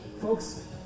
Folks